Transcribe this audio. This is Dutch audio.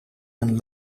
een